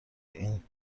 این